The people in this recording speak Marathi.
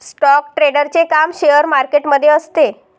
स्टॉक ट्रेडरचे काम शेअर मार्केट मध्ये असते